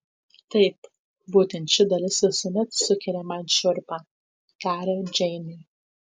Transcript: taip būtent ši dalis visuomet sukelia man šiurpą tarė džeinė